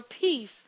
peace